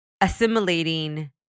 assimilating